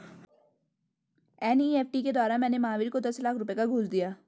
NEFT के द्वारा मैंने महावीर को दस लाख रुपए का घूंस दिया